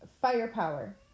firepower